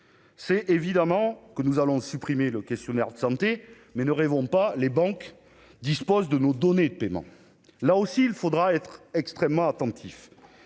c'est évidemment que nous allons supprimer le questionnaire de santé, mais ne rêvons pas : les banques disposent de nos données de paiement, là aussi, il faudra être extrêmement attentifs,